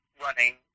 running